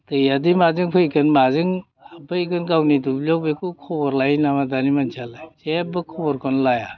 दैयादि माजों फैगोन माजों हाबफैगोन गावनि दुब्लियाव बेखौ खबर लायो नामा दानि मानसियालाय जेबो खबरखौनो लाया